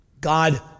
God